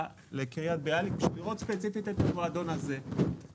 לקריית ביאליק בשביל לראות ספציפית את המועדון הזה,